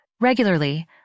Regularly